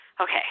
Okay